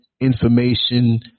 information